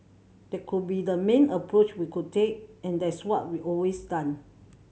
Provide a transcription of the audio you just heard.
that could be the main approach we could take and that's what we've always done